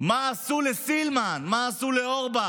מה עשו לסילמן, מה עשו לאורבך,